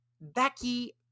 Becky